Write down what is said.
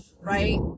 right